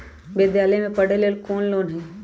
विद्यालय में पढ़े लेल कौनो लोन हई?